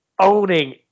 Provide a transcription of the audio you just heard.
owning